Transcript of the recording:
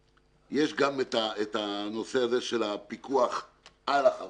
יש גם את הנושא הזה של הפיקוח על החברות.